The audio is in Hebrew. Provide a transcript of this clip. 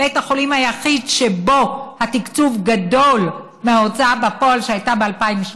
בית החולים היחיד שבו התקצוב גדול מההוצאה בפועל שהייתה ב-2017,